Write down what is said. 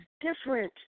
different